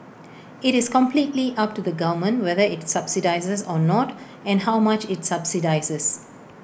IT is completely up to the government whether IT subsidises or not and how much IT subsidises